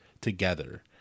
together